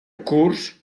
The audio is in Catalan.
curs